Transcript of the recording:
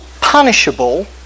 punishable